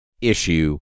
issue